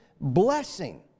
blessing